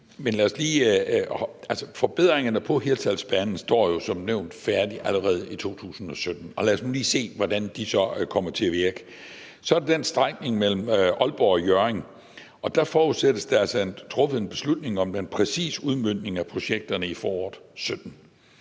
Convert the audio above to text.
Forbedringerne på Hirtshalsbanen står jo som nævnt færdige allerede i 2017, og lad os nu lige se, hvordan de så kommer til at virke. Så er der den streng imellem Aalborg og Hjørring, og der forudsættes der altså truffet en beslutning om en præcis udmøntning af projekterne i foråret 2017.